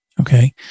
Okay